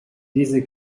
diese